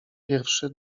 pierwszy